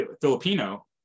Filipino